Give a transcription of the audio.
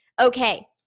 Okay